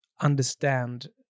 understand